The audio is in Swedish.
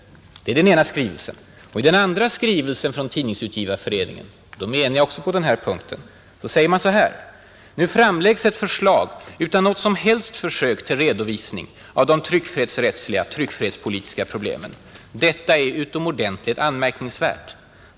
Det är den ena skrivelsen. I den andra skrivelsen från Tidningsutgivareföreningen heter det: ”Nu framlägges ett förslag utan något som helst försök till redovisning av de tryckfrihetsrättsliga/tryckfrihetspolitiska problemen. Detta är utomordentligt anmärkningsvärt.